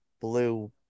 blue